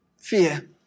Fear